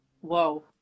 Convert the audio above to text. whoa